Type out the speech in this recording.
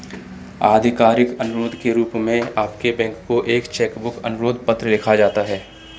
आधिकारिक अनुरोध के रूप में आपके बैंक को एक चेक बुक अनुरोध पत्र लिखा जाता है